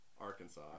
Arkansas